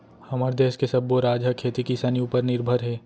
हमर देस के सब्बो राज ह खेती किसानी उपर निरभर हे